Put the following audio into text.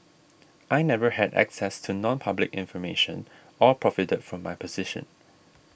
I never had access to nonpublic information or profited from my position